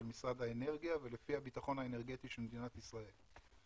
משרד האנרגיה ולפי הביטחון האנרגטי של מדינת ישראל,